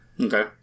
okay